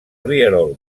rierol